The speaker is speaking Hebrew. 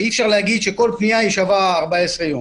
אי-אפשר להגיד שכל פנייה שווה 14 יום.